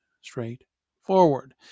straightforward